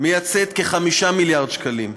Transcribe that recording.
מייצאת בכ-5 מיליארד שקלים.